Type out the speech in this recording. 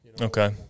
Okay